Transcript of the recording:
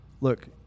look